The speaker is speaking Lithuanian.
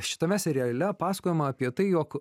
šitame seriale pasakojama apie tai jog